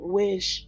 wish